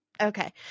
Okay